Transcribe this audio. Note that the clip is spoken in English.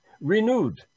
renewed